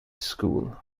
school